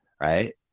right